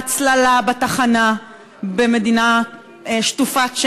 בהצללה בתחנה במדינה שטופת שמש,